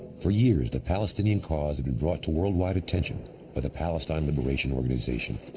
for years, the palestinian cause had been brought to worldwide attention by the palestine liberation organization,